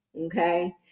Okay